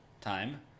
time